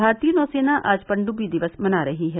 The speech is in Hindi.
भारतीय नौ सेना आज पनडुब्बी दिवस मना रही है